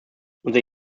unser